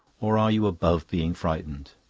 or are you above being frightened?